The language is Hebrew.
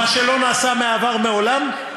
מה שלא נעשה בעבר מעולם?